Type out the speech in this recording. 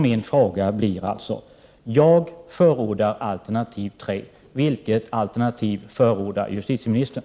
Min fråga blir: Jag förordar alternativ 3 — vilket alternativ förordar justitieministern?